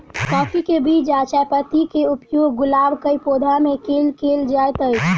काफी केँ बीज आ चायपत्ती केँ उपयोग गुलाब केँ पौधा मे केल केल जाइत अछि?